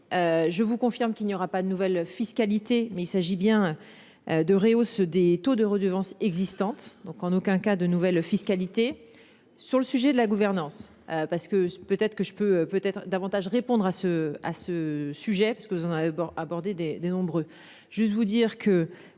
Je vous confirme qu'il n'y aura pas de nouvelle fiscalité mais il s'agit bien. De Réau se des taux de redevance existantes. Donc en aucun cas de nouvelle fiscalité sur le sujet de la gouvernance parce que peut-être que je peux peut-être davantage répondre à ce à ce sujet parce que nous on a abordé des des nombreux